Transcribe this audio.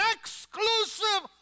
exclusive